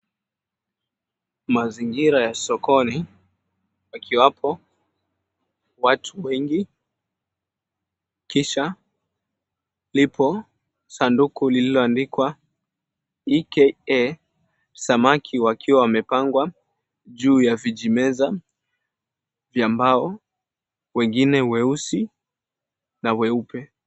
Mazingira ya sokoni yakiwapo watu wengi, kisha, lipo sanduku lililoandikwa, EKA, samaki wakiwa wamepangwa juu ya vijimeza wa mbao, wengine weusi na weupe.